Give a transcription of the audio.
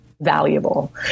valuable